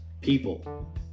people